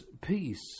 peace